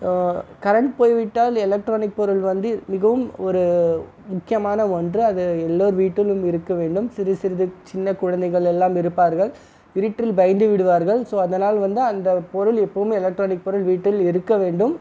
current போய்விட்டால் electronic பொருள் வந்து மிகவும் ஒரு முக்கியமான ஒன்று அது எல்லோர் வீட்டிலும் இருக்க வேண்டும் சிறு சிறிது சின்ன குழந்தைகள் எல்லாம் இருப்பார்கள் இருட்டில் பயந்து விடுவார்கள் ஸோ அதனால் வந்து அந்த பொருள் எப்போதுமே எலக்ட்ரானிக் பொருள் வீட்டில் இருக்க வேண்டும்